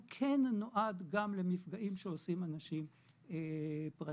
הוא כן נועד גם למפגעים שעושים אנשים פרטיים.